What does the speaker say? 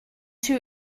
who